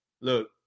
look